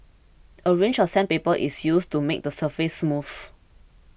a range of sandpaper is used to make the surface smooth